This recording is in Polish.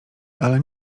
ale